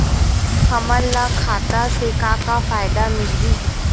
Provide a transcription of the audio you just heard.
हमन ला खाता से का का फ़ायदा मिलही?